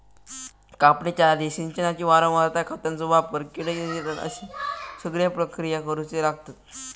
कापणीच्या आधी, सिंचनाची वारंवारता, खतांचो वापर, कीड नियंत्रण अश्ये सगळे प्रक्रिया करुचे लागतत